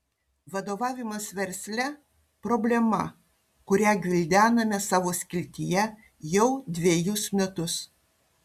vadovavimas versle problema kurią gvildename savo skiltyje jau dvejus metus